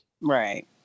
Right